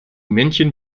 männchen